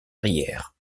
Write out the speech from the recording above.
arrière